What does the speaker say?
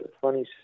funny